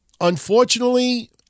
unfortunately